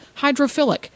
hydrophilic